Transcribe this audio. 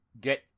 get